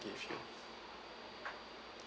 we gave you